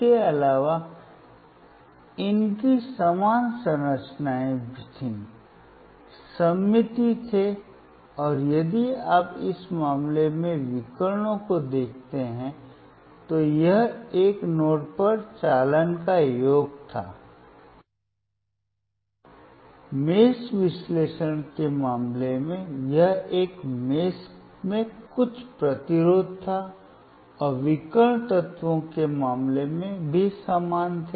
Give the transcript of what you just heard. इसके अलावा इनकी समान संरचनाएं थीं सममित थे और यदि आप इस मामले में विकर्णों को देखते हैं तो यह एक नोड पर चालन का योग था और मेष विश्लेषण के मामले में यह एक मेष में कुछ प्रतिरोध था और विकर्ण तत्वों के मामले में भी समान थे